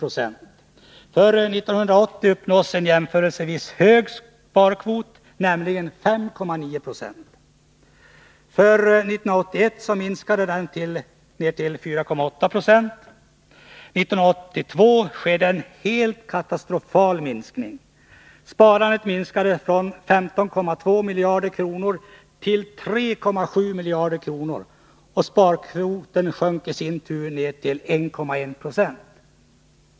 För 1980 uppnåddes en jämförelsevis hög sparkvot, nämligen 5,9 20. För 1981 minskade den till 4,8 26. 1982 skedde en helt katastrofal minskning. Sparandet minskade från 15,2 miljarder kronor till 3,7 miljarder kronor, och sparkvoten sjönk i sin tur till 1,1 20.